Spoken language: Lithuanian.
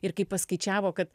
ir kaip paskaičiavo kad